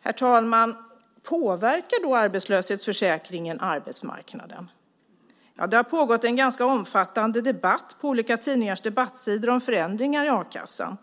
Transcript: Herr talman! Påverkar då arbetslöshetsförsäkringen arbetsmarknaden? Det har pågått en ganska omfattande debatt på olika tidningars debattsidor om förändringarna i a-kassan.